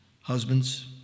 Husbands